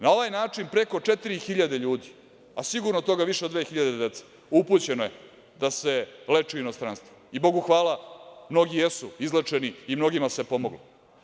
Na ovaj način preko četiri hiljade ljudi, a sigurno od toga više od dve hiljade dece upućeno je da se leči u inostranstvo i Bogu hvala mnogi jesu izlečeni i mnogima se pomoglo.